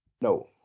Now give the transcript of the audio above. No